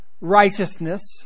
righteousness